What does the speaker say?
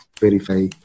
verify